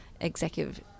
executive